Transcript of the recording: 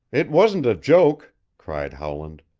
it wasn't a joke, cried howland.